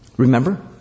Remember